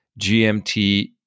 GMT